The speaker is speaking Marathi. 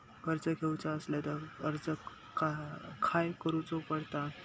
कर्ज घेऊचा असल्यास अर्ज खाय करूचो पडता?